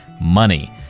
money